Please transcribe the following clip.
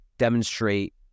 demonstrate